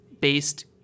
based